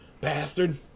Bastard